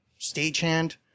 stagehand